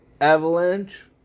Avalanche